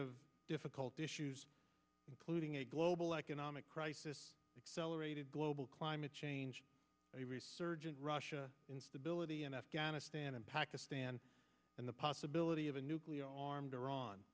of difficult issues including a global economic crisis accelerated global climate change a resurgent russia instability in afghanistan and pakistan and the possibility of a nuclear armed